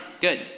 good